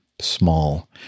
small